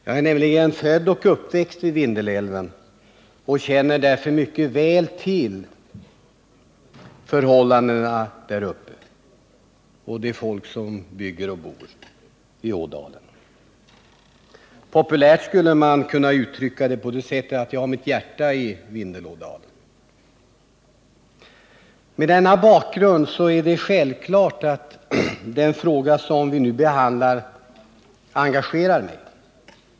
Jag är nämligen född och uppväxt vid Vindelälven och känner därför mycket väl till förhållandena där uppe och det folk som bygger och bor i ådalen. Populärt skulle man kunna uttrycka det så, att jag har mitt hjärta i Vindelådalen. Mot denna bakgrund är det självklart att den fråga som vi nu diskuterar engagerar mig.